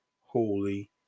holy